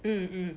mm mm